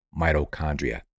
mitochondria